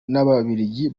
n’ababiligi